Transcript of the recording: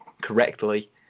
correctly